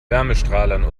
wärmestrahlern